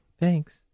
Thanks